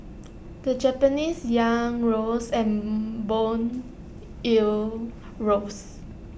the Japanese Yen rose and Bond yields rose